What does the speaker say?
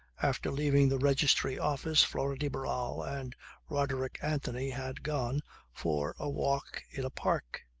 after leaving the registry office flora de barral and roderick anthony had gone for a walk in a park.